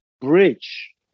bridge